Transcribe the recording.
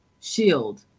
shield